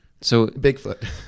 Bigfoot